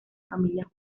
familia